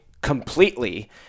completely